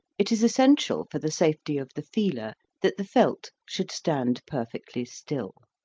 it is essential for the safety of the feeler that the felt should stand perfectly still.